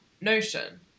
notion